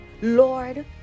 Lord